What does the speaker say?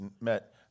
met